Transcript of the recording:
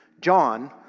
John